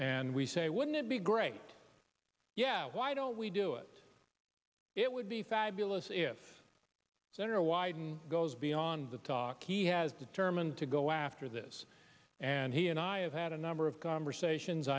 and we say wouldn't it be great yeah why don't we do it it would be fabulous if general wyden goes beyond the talk he has determined to go after this and he and i have had a number of conversations